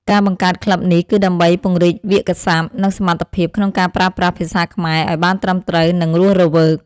ការបង្កើតក្លឹបនេះគឺដើម្បីពង្រីកវាក្យសព្ទ និងសមត្ថភាពក្នុងការប្រើប្រាស់ភាសាខ្មែរឱ្យបានត្រឹមត្រូវ និងរស់រវើក។